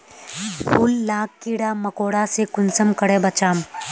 फूल लाक कीड़ा मकोड़ा से कुंसम करे बचाम?